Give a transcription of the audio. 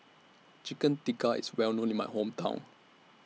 Chicken Tikka IS Well known in My Hometown